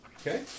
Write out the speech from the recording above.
Okay